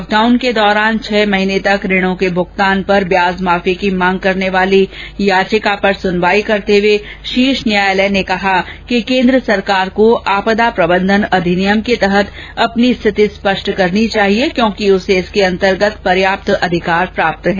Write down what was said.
lockdown के दौरान छह महीने तक ऋणों के भुगतान पर ब्याज माफी की मांग करने वाली याचिका पर सुनवाई करते हुए शीर्ष अदालत ने कहा कि केंद्र सरकार को आपदा प्रबंधन अधिनियम के तहत अपनी स्थिति स्पष्ट करनी चाहिए क्योंकि उसे इसके अंतर्गत पर्याप्त अधिकार प्राप्त हैं